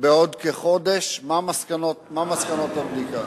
בעוד כחודש, מה מסקנות הבדיקה,